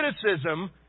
criticism